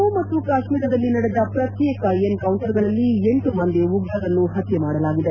ಜಮ್ಮು ಮತ್ತು ಕಾಶ್ಮೀರದಲ್ಲಿ ನಡೆದ ಪ್ರತ್ಯೇಕ ಎನ್ಕೌಂಟರ್ಗಳಲ್ಲಿ ಎಂಟು ಮಂದಿ ಉಗ್ರರನ್ನು ಹತ್ತೆ ಮಾಡಲಾಗಿದೆ